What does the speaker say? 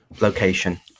location